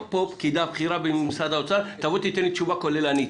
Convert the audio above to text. שתבוא לפה פקידה בכירה במשרד האוצר ותיתן לי תשובה כוללנית.